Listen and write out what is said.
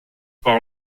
par